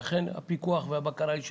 ואכן הפיקוח והבקרה הם שלכם.